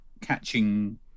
catching